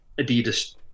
Adidas